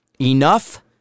Enough